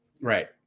Right